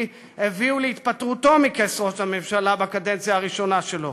הביאו להתפטרותו מכס ראש הממשלה בקדנציה הראשונה שלו.